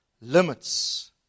limits